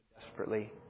desperately